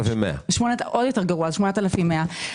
עוד יותר גרוע, רק 8,100 שקל.